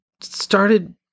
started